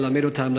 ללמד אותם,